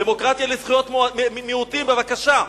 דמוקרטיה לזכויות מיעוטים, בבקשה.